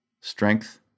strength